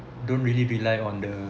don't really rely on the